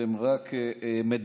אתם רק מדכדכים.